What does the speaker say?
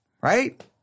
right